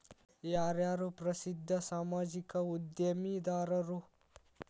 ಯಾರ್ಯಾರು ಪ್ರಸಿದ್ಧ ಸಾಮಾಜಿಕ ಉದ್ಯಮಿದಾರರು